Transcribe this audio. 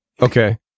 Okay